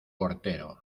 portero